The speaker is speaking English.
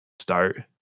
start